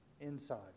inside